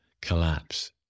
collapse